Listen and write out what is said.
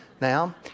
now